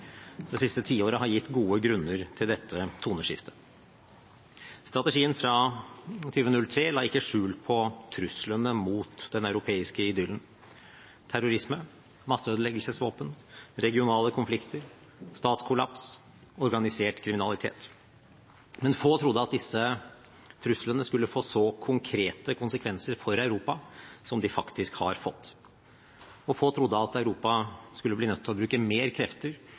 Det siste tiåret har gitt gode grunner til dette toneskiftet. Strategien fra 2003 la ikke skjul på truslene mot den europeiske idyllen: terrorisme, masseødeleggelsesvåpen, regionale konflikter, statskollaps og organisert kriminalitet. Men få trodde at disse truslene skulle få så konkrete konsekvenser for Europa som de faktisk har fått, og få trodde at Europa skulle bli nødt til å bruke mer krefter